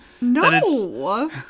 No